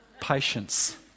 Patience